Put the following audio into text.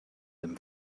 them